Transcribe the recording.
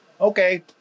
okay